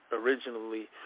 originally